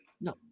No